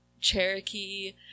Cherokee